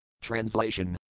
Translation